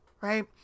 right